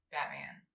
Batman